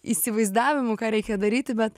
įsivaizdavimų ką reikia daryti bet